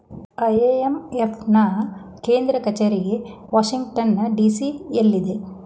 IMF ನಾ ಕೇಂದ್ರ ಕಚೇರಿಗೆ ವಾಷಿಂಗ್ಟನ್ ಡಿ.ಸಿ ಎಲ್ಲಿದೆ